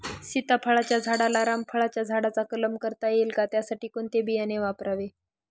सीताफळाच्या झाडाला रामफळाच्या झाडाचा कलम करता येईल का, त्यासाठी कोणते बियाणे वापरावे?